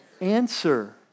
Answer